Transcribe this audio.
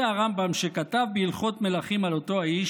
זה הרמב"ם שכתב בהלכות מלכים על אותו האיש,